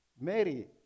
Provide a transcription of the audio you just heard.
Mary